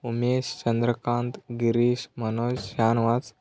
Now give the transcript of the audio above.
Umesh Chandrakant Girish Manoj Shahnawaz